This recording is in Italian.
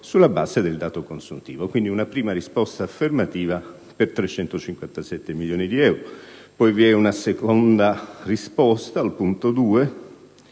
sulla base del dato consuntivo». È stata data quindi una prima risposta affermativa per 357 milioni di euro. Vi è poi una seconda risposta, al punto 2),